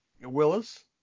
Willis